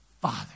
father